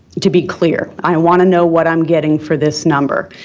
to be clear. i want to know what i'm getting for this number.